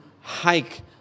hike